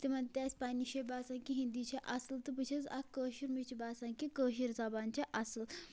تِمَن تہِ اَسہِ پَننہِ شایے باسان کہِ ہِندی چھِ اَصٕل تہٕ بہٕ چھَس اَکھ کٲشِر مےٚ چھِ باسان کہِ کٲشِر زبان چھِ اَصٕل